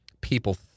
people